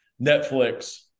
Netflix